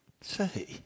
say